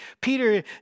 Peter